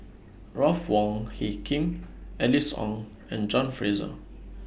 Ruth Wong Hie King Alice Ong and John Fraser